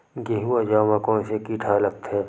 गेहूं अउ जौ मा कोन से कीट हा लगथे?